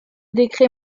décret